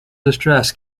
distress